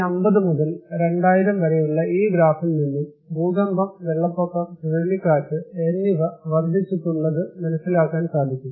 1950 മുതൽ 2000 വരെയുള്ള ഈ ഗ്രാഫിൽ നിന്നും ഭൂകമ്പം വെള്ളപ്പൊക്കം ചുഴലിക്കാറ്റ് എന്നിവ വര്ധിച്ചുട്ടുള്ളത് മ നസ്സിലാക്കാൻ സാധിക്കും